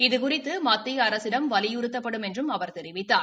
இது குறித்தமத்தியஅரசிடம் வலியுறுத்தப்படும் என்றும் அவர் தெரிவித்தார்